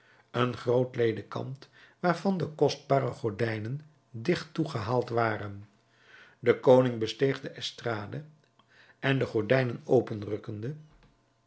een groot ledekant waarvan de kostbare gordijnen digt toegehaald waren de koning besteeg de estrade en de gordijnen